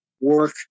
work